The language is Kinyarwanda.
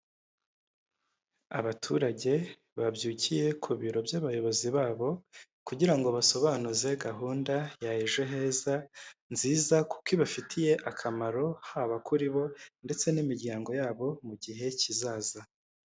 Abaturage babyukiye ku biro by'abayobozi babo kugira ngo basobanuze gahunda ya ejo heza nziza kuko ibafitiye akamaro haba kuri bo ndetse n'imiryango yabo mu gihe kizaza.